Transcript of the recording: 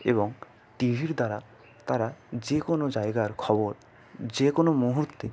এবং টিভির দ্বারা তারা যে কোনো জায়গার খবর যে কোনো মুহুর্তে